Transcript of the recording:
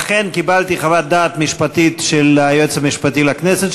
אכן קיבלתי חוות דעת משפטית של היועץ המשפטי לכנסת,